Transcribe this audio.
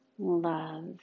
Love